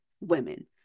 women